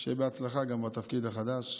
שיהיה בהצלחה גם בתפקיד החדש.